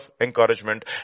encouragement